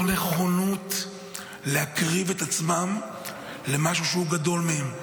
נכונות להקריב את עצמם למשהו שהוא גדול מהם.